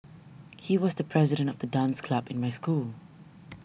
he was the president of the dance club in my school